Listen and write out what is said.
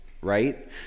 right